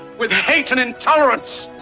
with hate and intolerance!